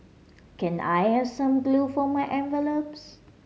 can I have some glue for my envelopes